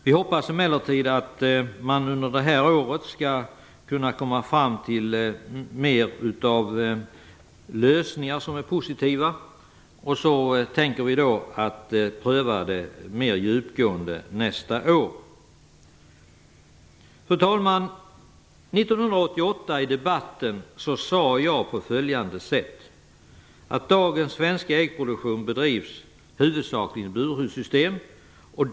Vi hoppas emellertid att man under det här året skall kunna komma fram till flera positiva lösningar och tänker pröva det mer djupgående nästa år. Fru talman! I debatten 1988 sade jag: "Dagens svenska äggproduktion bedrivs huvudsakligen i burhönssystem.